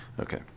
Okay